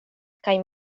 kaj